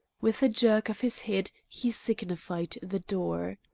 with a jerk of his head he signified the door.